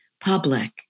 public